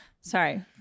Sorry